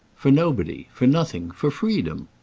for nobody. for nothing. for freedom.